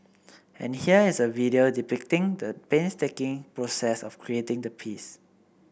and here is a video depicting the painstaking process of creating the piece